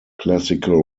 classical